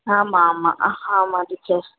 ஆமாம் ஆமாம் ஆமாம் டீச்சர்